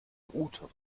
rute